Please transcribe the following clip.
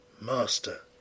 Master